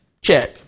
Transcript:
check